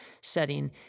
setting